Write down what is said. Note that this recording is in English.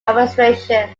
administration